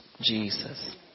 Jesus